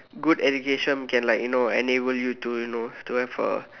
good education can like you know enable you to you know to have a